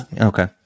Okay